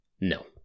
No